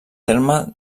terme